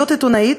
להיות עיתונאית,